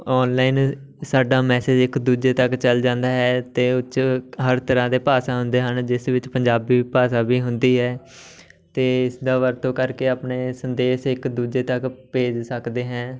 online ਸਾਡਾ message ਇੱਕ ਦੂਜੇ ਤੱਕ ਚਲ ਜਾਂਦਾ ਹੈ ਅਤੇ ਉਹ 'ਚ ਹਰ ਤਰ੍ਹਾਂ ਦੇ ਭਾਸ਼ਾ ਹੁੰਦੇ ਹਨ ਜਿਸ ਵਿੱਚ ਪੰਜਾਬੀ ਭਾਸ਼ਾ ਵੀ ਹੁੰਦੀ ਹੈ ਅਤੇ ਇਸਦਾ ਵਰਤੋਂ ਕਰਕੇ ਆਪਣੇ ਸੰਦੇਸ਼ ਇੱਕ ਦੂਜੇ ਤੱਕ ਭੇਜ ਸਕਦੇ ਹੈ